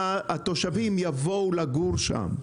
התושבים יבואו לגור שם,